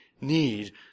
need